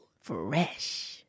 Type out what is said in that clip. Fresh